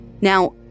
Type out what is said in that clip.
Now